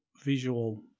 visual